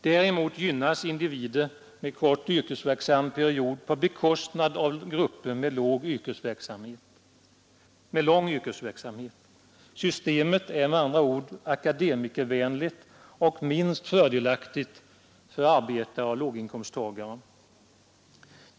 Däremot gynnas individer med kort yrkesverksam period på bekostnad av grupper med lång yrkesverksamhet. Systemet är med andra ord akademikervänligt och minst fördelaktigt för arbetare och låginkomsttagare.